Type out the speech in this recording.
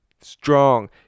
Strong